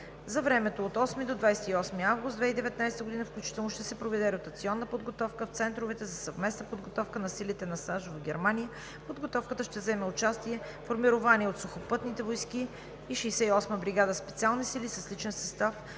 За времето от 8 до 28 август 2019 г. включително ще се проведе ротационна подготовка в центровете за съвместна подготовка на силите на САЩ в Германия. В подготовката ще вземе участие формирование от Сухопътните войски и 68-ма бригада „Специални сили“ с личен състав